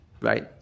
right